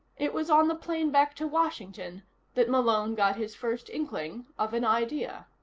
it was on the plane back to washington that malone got his first inkling of an idea.